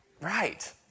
Right